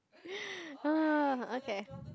okay